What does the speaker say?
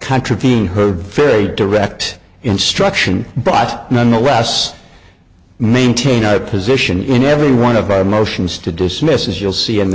contravene her very direct instruction but nonetheless maintain a position in every one of our motions to dismiss as you'll see in the